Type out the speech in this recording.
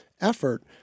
effort